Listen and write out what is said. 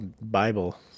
Bible